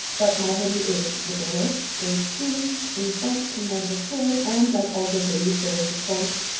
but my hoodie is zipperless there's strings in the front coming out of the hood and like all good hoodies. there's the front.